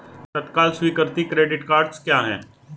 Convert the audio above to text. तत्काल स्वीकृति credit cards क्या हैं?